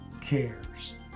cares